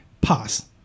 pass